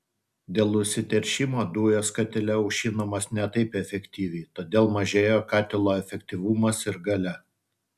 dėl užsiteršimo dujos katile aušinamos ne taip efektyviai todėl mažėja katilo efektyvumas ir galia